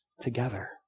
together